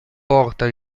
porta